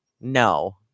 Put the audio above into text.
No